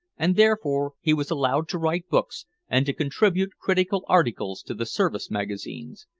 and, therefore, he was allowed to write books and to contribute critical articles to the service magazines.